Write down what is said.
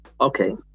Okay